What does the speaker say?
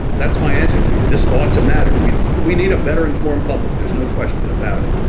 that's my answer to you. this ought to matter. we we need a better informed public. there's no question about it.